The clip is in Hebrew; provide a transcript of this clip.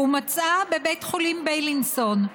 ומצאה בבית חולים בילינסון.